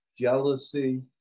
jealousy